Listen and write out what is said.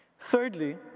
Thirdly